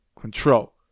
control